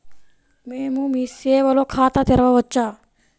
మేము మీ సేవలో ఖాతా తెరవవచ్చా?